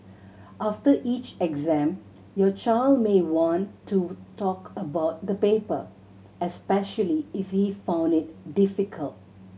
after each exam your child may want to talk about the paper especially if he found it difficult